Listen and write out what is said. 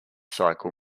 cycle